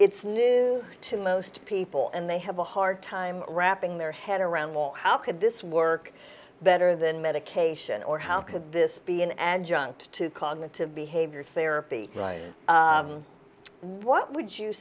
it's new to most people and they have a hard time wrapping their head around long how could this work work better than medication or how could this be an adjunct to cognitive behavior therapy right and what would you